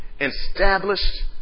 Established